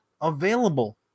available